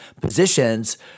positions